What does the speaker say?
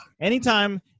Anytime